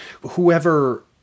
whoever